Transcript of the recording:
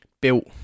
built